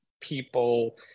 people